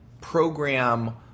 program